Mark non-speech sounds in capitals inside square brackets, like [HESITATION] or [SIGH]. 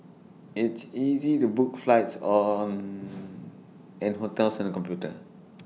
it's easy to book flights [HESITATION] and hotels on the computer